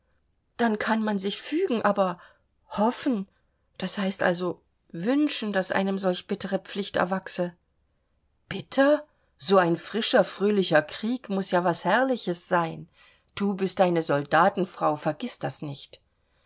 dann kann man sich fügen aber hoffen das heißt also wünschen daß einem solch bittere pflicht erwachse bitter so ein frischer fröhlicher krieg muß ja was herrliches sein du bist eine soldatenfrau vergiß das nicht